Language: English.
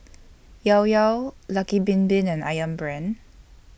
Llao Llao Lucky Bin Bin and Ayam Brand